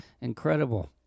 Incredible